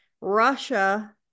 Russia